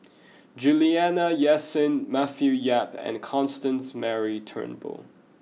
Juliana Yasin Matthew Yap and Constance Mary Turnbull